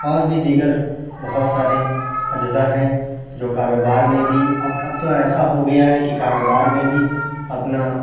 اور بھی دیگر بہت سارے اجزاء ہیں جو کاروبار میں بھی اب اب تو ایسا ہو گیا ہے کہ کاروبار میں بھی اپنا